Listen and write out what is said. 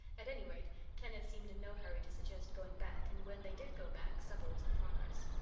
at any rate kenneth seemed in no hurry to suggest going back and when they did go back supper was in progress.